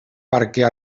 perquè